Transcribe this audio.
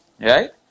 Right